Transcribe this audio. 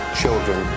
children